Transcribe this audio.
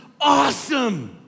awesome